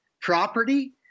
property